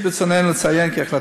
עצם